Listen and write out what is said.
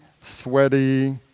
sweaty